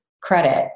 credit